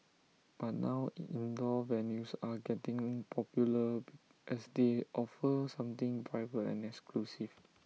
but now indoor venues are getting popular as they offer something private and exclusive